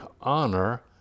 honor